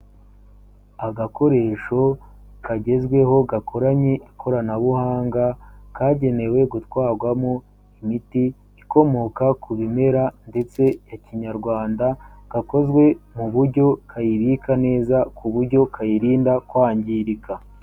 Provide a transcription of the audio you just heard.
Agakoresho kagezweho gakoranye ikoranabuhanga, kagenewe gutwarwamo imiti ikomoka ku bimera ndetse ya kinyarwanda, gakozwe mu buryo kayibika neza ku buryo kayirinda kwangirika.